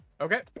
Okay